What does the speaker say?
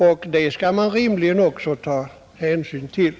Detta måste man rimligtvis också ta hänsyn till.